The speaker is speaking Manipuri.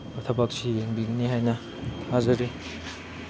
ꯊꯕꯛꯁꯤ ꯌꯦꯡꯕꯤꯒꯅꯤ ꯍꯥꯏꯅ ꯍꯥꯏꯖꯔꯤ